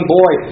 boy